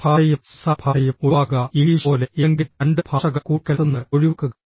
പരഭാഷയും സംസാരഭാഷയും ഒഴിവാക്കുക ഇംഗ്ലീഷ് പോലെ ഏതെങ്കിലും രണ്ട് ഭാഷകൾ കൂട്ടിക്കലർത്തുന്നത് ഒഴിവാക്കുക